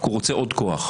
כי הוא רוצה עוד כוח.